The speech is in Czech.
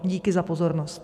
Díky za pozornost.